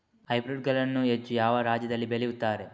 Hybrid ಗಳನ್ನು ಹೆಚ್ಚು ಯಾವ ರಾಜ್ಯದಲ್ಲಿ ಬೆಳೆಯುತ್ತಾರೆ?